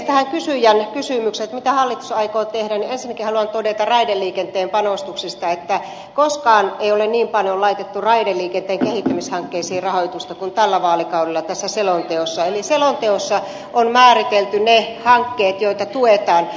tähän kysyjän kysymykseen mitä hallitus aikoo tehdä ensinnäkin haluan todeta raideliikenteen panostuksista että koskaan ei ole niin paljon laitettu raideliikenteen kehittämishankkeisiin rahoitusta kuin tällä vaalikaudella tässä selonteossa eli selonteossa on määritelty ne hankkeet joita tuetaan